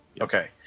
Okay